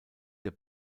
der